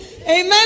Amen